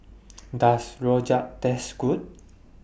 Does Rojak Taste Good